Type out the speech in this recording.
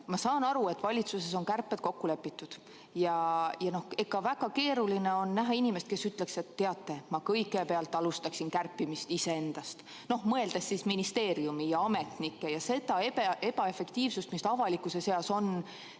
Ma saan aru, et valitsuses on kärped kokku lepitud. Väga keeruline on leida inimest, kes ütleks, et teate, ma kõigepealt alustaksin kärpimist iseendast. Noh, mõeldes siis ministeeriumiametnikke ja seda ebaefektiivsust, mis avalikkuse seas on